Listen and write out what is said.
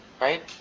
Right